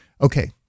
Okay